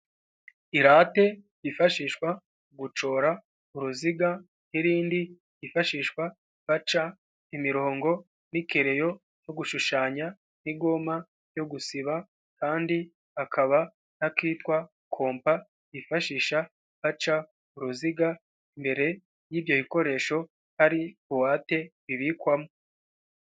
Irate ifashishwa gucora uruziga nk'irindi ryifashishwa baca imirongo n'ikereyo no gushushanya n'igoma yo gusiba, kandi hakaba n'akitwa kompa kifashisha baca uruziga mbere y'ibyo bikoresho hari buwate bibikwamo.